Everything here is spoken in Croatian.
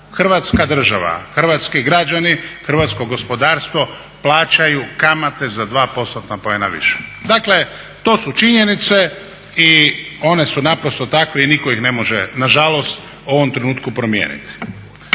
Hrvatska država, hrvatski građani, hrvatsko gospodarstvo plaćaju kamate za 2%-tna poena više. Dakle to su činjenice i one su naprosto takve i nitko ih ne može nažalost u ovom trenutku promijeniti.